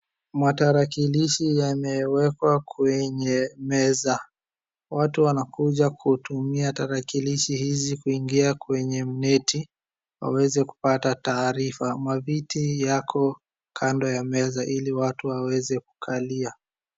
Matarakilishi yamewekwa kwenye meza. Watu wanakuja kutumia tarakilishi hizi kuingia kwenye mneti waweze kupata taarifa. Maviti yako kando ya meza ili watu waweze kukalia.